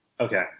okay